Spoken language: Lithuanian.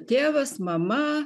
tėvas mama